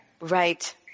Right